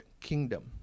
kingdom